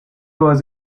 was